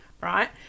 right